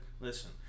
Listen